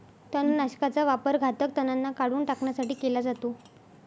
तणनाशकाचा वापर घातक तणांना काढून टाकण्यासाठी केला जातो